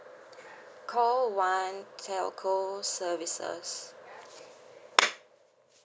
call one telco services